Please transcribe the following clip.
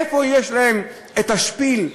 איפה יש להם את ה"שפיל",